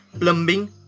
plumbing